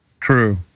True